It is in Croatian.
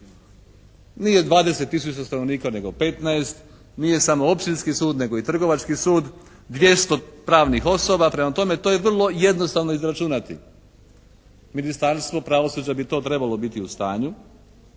Nije 20 000 stanovnika nego 15, nije samo Općinski sud nego i Trgovački sud, 200 pravnih osoba. Prema tome, to je vrlo jednostavno izračunati. Ministarstvo pravosuđa bi to trebalo biti u stanju,